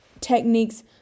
techniques